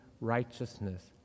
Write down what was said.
righteousness